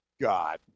God